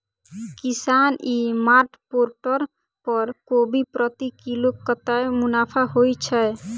किसान e mart portal पर कोबी प्रति किलो कतै मुनाफा होइ छै?